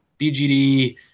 BGD